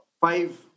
five